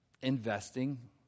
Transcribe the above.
investing